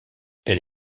elle